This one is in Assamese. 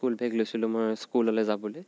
স্কুল বেগ লৈছিলোঁ মই স্কুললৈ যাবলৈ